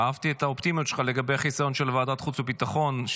אהבתי את האופטימיות שלך לגבי החיסיון של ועדת חוץ וביטחון,